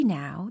now